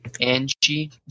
Angie